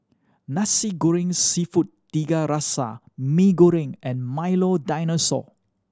Nasi Goreng Seafood Tiga Rasa Mee Goreng and Milo Dinosaur